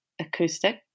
acoustic